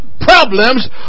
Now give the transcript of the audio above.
problems